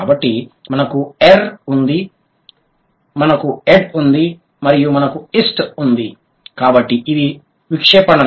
కాబట్టి మనకు ఎర్ ఉంది మనకు ఎడ్ ఉంది మరియు మనకు ఎస్టీ ఉంది కాబట్టి ఇవి విక్షేపణలు